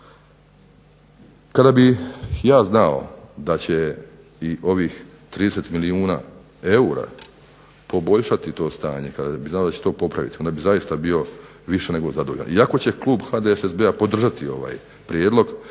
Kada bi ja znao da će i ovih 30 milijuna eura poboljšati to stanje, kada bih znao da će to popraviti onda bih zaista bio više nego zadovoljan. Iako će klub HDSSB-a podržati ovaj prijedlog